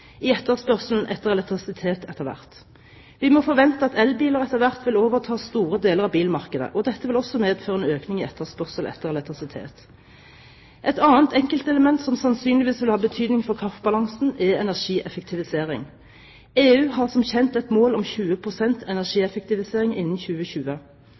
i etterspørselen etter elektrisitet etter hvert. Vi må forvente at elbiler etter hvert vil overta store deler av bilmarkedet, og dette vil også medføre en økning i etterspørselen etter elektrisitet. Et annet enkeltelement som sannsynligvis vil ha betydning for kraftbalansen, er energieffektivisering. EU har som kjent et mål om 20 pst. energieffektivisering innen 2020.